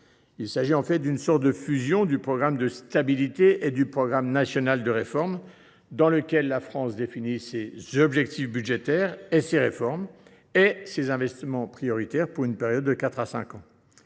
Ce plan est une sorte de fusion du programme de stabilité (PStab) et du programme national de réformes, dans lequel la France définit ses objectifs budgétaires, ses réformes et ses investissements prioritaires pour une période de quatre